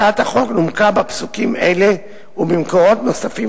הצעת החוק נומקה בפסוקים אלה ובמקורות נוספים